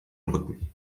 rücken